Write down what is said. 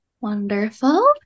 Wonderful